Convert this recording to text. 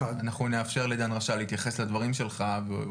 אנחנו נאפשר לדן רשל להתייחס לדברים שלך.